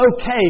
okay